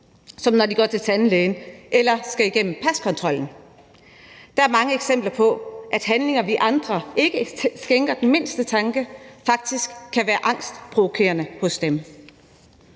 som når de går til tandlægen eller skal igennem paskontrollen. Der er mange eksempler på, at handlinger, vi andre ikke skænker den mindste tanke, faktisk kan være angstprovokerende hos dem.